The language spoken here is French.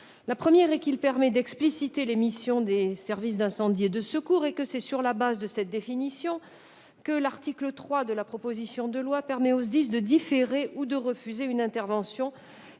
La première est qu'il permet d'expliciter les missions des services d'incendie et de secours et que c'est sur la base de cette définition que l'article 3 de la proposition de loi permet aux SDIS de différer ou de refuser une intervention